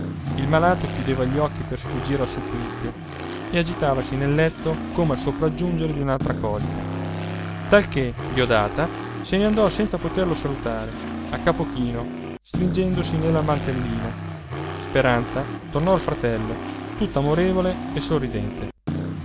il malato chiudeva gli occhi per sfuggire quel supplizio e agitavasi nel letto come al sopraggiungere di un'altra colica talché diodata se ne andò senza poterlo salutare a capo chino stringendosi nella mantellina speranza tornò al fratello tutta amorevole e sorridente